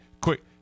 quick